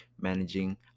managing